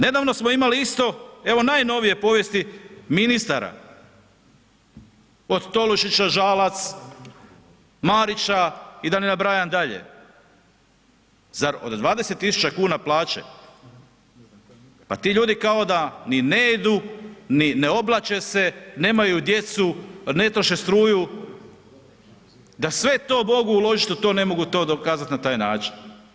Nedavno smo imali isto, evo najnovije povijesti ministara, od Tolušića, Žalac, Marića i da ne nabrajam dalje, zar od 20.000,00 kn plaće, pa ti ljudi kao da ni ne jedu, ni ne oblače se, nemaju djecu, ne troše struju, da sve to mogu uložit u to, ne mogu to dokazat na taj način.